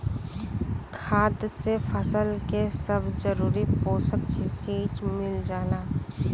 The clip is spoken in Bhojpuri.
खाद से फसल के सब जरूरी पोषक चीज मिल जाला